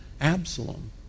Absalom